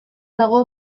dago